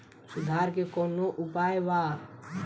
सुधार के कौन कौन उपाय वा?